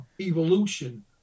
evolution